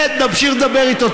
תמשיך לדבר איתו,